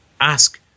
ask